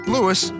Lewis